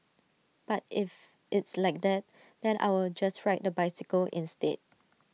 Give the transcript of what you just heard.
but if it's like that then I will just ride A bicycle instead